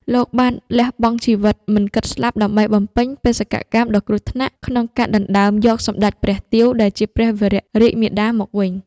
លោកបានលះបង់ជីវិតមិនគិតស្លាប់ដើម្បីបំពេញបេសកកម្មដ៏គ្រោះថ្នាក់ក្នុងការដណ្តើមយកសម្តេចព្រះទាវ ដែលជាព្រះវររាជមាតាមកវិញ។